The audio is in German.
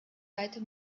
weiter